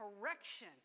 correction